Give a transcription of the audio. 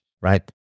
right